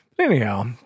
Anyhow